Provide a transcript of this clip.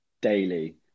daily